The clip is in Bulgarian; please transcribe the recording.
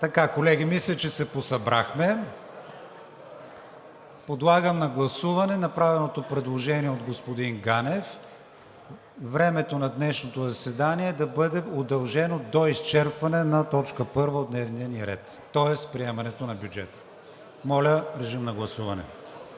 Вас. Колеги, мисля, че се посъбрахме. Подлагам на гласуване направеното предложение от господин Ганев: времето на днешното заседание да бъде удължено до изчерпване на точка първа от дневния ни ред, тоест приемането на бюджета. Гласували